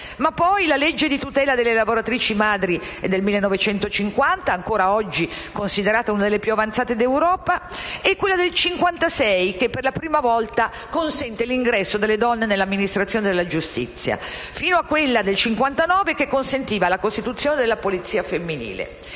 La legge di tutela delle lavoratrici madri è però del 1950 - ancora oggi è considerata una delle più avanzate d'Europa -, quella che consentiva per la prima volta l'ingresso delle donne nell'amministrazione della giustizia è del 1956, e quella che consentiva la costituzione della polizia femminile